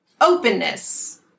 openness